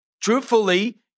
truthfully